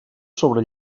sobre